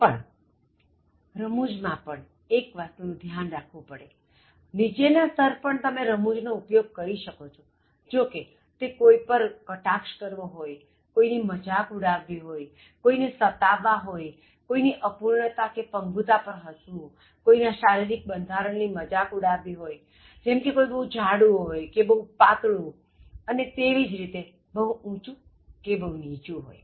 પણ નીચેના સ્તર પર પણ તમે રમૂજ નો ઉપયોગ કરી શકો છો જો કે તે કોઇ પર કટાક્ષ કરવો હોય કોઇની મજાક ઉડાવવી હોય કોઇને સતાવવા હોય કોઇની અપૂર્ણતા કે પંગુતા પર હસવા કોઇના શારિરીક બંધારણની મજાક ઉડાવવી હોય જેમ કે કોઇ બહુ જાડું હોય કે બહુ પાતળું અને તેવી જ રીતે બહુ ઊંચુ કે બહુ નીચું હોય